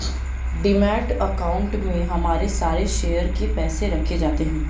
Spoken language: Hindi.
डिमैट अकाउंट में हमारे सारे शेयर के पैसे रखे जाते हैं